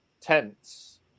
tents